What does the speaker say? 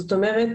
זאת אומרת,